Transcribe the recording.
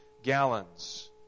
gallons